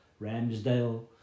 Ramsdale